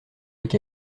avec